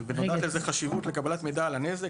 ונודעת לזה חשיבות בקבלת המידע המלא על הנזק.